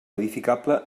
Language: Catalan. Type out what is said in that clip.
edificable